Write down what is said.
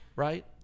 right